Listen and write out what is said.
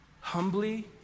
humbly